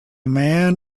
man